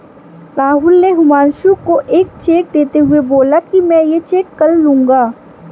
राहुल ने हुमांशु को एक चेक देते हुए बोला कि मैं ये चेक कल लूँगा